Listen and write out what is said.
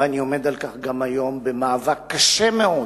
ואני עומד על כך גם היום, במאבק קשה מאוד